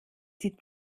die